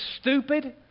stupid